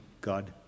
God